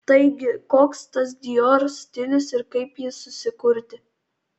taigi koks tas dior stilius ir kaip jį susikurti